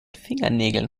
fingernägeln